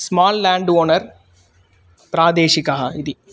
small land owner प्रादेशिकः इति